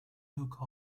hook